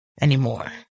anymore